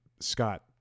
Scott